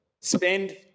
Spend